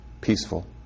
peaceful